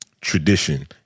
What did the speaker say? tradition